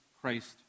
Christ